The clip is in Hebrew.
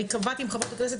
אני קבעתי עם חברות הכנסת,